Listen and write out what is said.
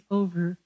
over